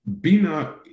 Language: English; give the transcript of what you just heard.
Bina